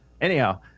anyhow